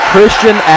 Christian